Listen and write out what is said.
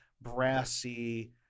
brassy